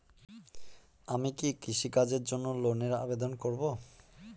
আমি কি কৃষিকাজের জন্য লোনের আবেদন করব?